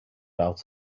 out